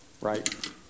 right